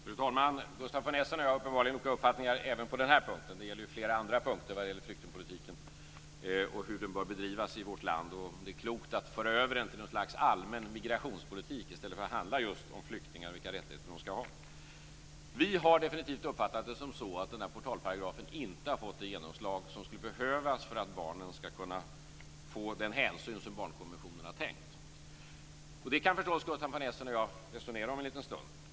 Fru talman! Gustaf von Essen och jag har uppenbarligen olika uppfattningar även på denna punkt. Det gäller flera andra punkter i flyktingpolitiken och hur den bör bedrivas i vårt land och om det är klokt att föra över den till något slags allmän migrationspolitik i stället för att den skall handla just om flyktingar och vilka rättigheter som de skall ha. Vi har definitivt uppfattat det som så att denna portalparagraf inte har fått det genomslag som skulle behövas för att man skall få den hänsyn till barnen som är tänkt enligt barnkonventionen. Det kan Gustaf von Essen och jag förstås resonera om en liten stund.